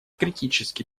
критический